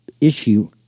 issue